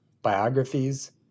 Biographies